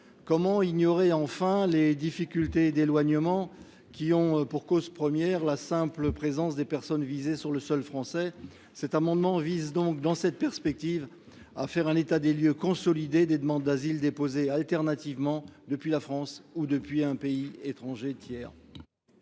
Comment ignorer enfin les difficultés d’éloignement, qui ont pour cause première la simple présence des personnes visées sur le sol français ? Le présent amendement vise donc à faire un état des lieux consolidé des demandes d’asile déposées depuis la France et depuis un pays étranger tiers.